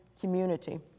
community